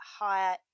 higher